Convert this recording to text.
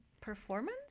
performance